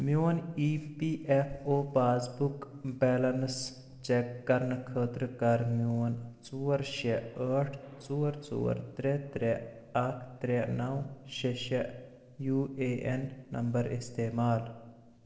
میٛون E P F O passbook balance check کَرنہٕ خٲطرٕ کَر میٛون ژور شےٚ ٲٹھ ژور ژور ترٛےٚ ترٛےٚ اَکھ ترٛےٚ نو شےٚ شےٚ یوٗ اےٚ این نمبر اِستعمال